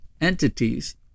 entities